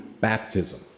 baptism